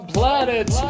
Planet